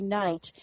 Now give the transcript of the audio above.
night